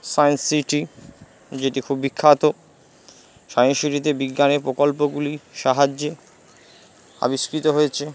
science city যেটি খুব বিখ্যাত সায়েন্স সিটিতে বিজ্ঞানের প্রকল্পগুলির সাহায্যে আবিষ্কৃত হয়েছে